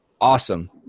awesome